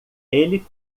ele